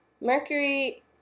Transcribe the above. Mercury